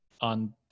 on